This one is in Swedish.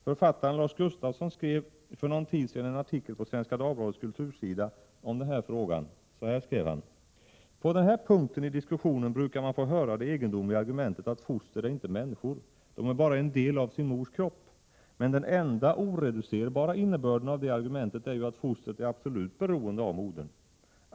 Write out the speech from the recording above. Författaren Lars Gustafsson skrev för någon tid sedan en artikel på Svenska Dagbladets kultursida i den här frågan. Så här skrev han: ”På den här punkten i diskussionen brukar man få höra det egendomliga argumentet att foster är inte människor — de är bara en del av sin mors kropp! Men den enda oreducerbara innebörden av det argumentet är ju att fostret är absolut beroende av modern.